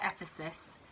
Ephesus